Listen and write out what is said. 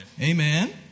Amen